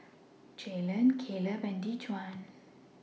Jalen Kaleb and Dejuan